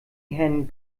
herrn